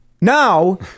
now